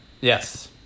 Yes